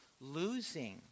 losing